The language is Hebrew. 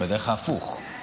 זה בדרך כלל הפוך,